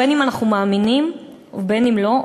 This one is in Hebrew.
בין שאנחנו מאמינים ובין שלא,